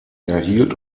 erhielt